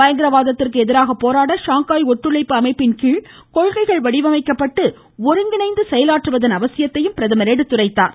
பயங்கரவாதத்திற்கு எதிராக போராட ஷாங்காய் ஒத்துழைப்பு அமைப்பின் கீழ் கொள்கைகள் வடிவமைக்கப்பட்டு அருங்கிணைந்து செயலாற்றுவதன் அவசியத்தையும் எடுத்துரைத்தார்